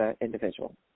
individual